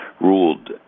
ruled